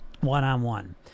one-on-one